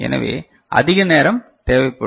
எனவே அதிக நேரம் தேவை படும்